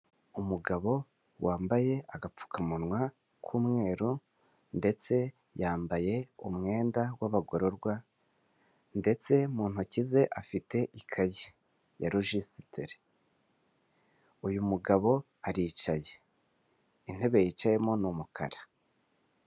Umugabo wambaye agapfukamunwa k'umweru, ndetse yambaye umwenda w'abagororwa ndetse mu ntoki ze afite ikaye ya rojisitire, uyu mugabo aricaye intebe yicayemo ni umukara.